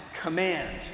Command